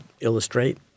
illustrate